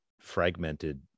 fragmented